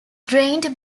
drained